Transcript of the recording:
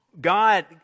God